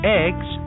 eggs